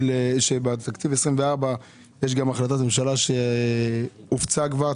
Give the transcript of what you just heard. שבתקציב 2024 יש גם החלטת ממשלה שהופצה כבר,